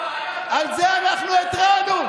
על זה אנחנו התרענו.